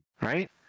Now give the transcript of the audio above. Right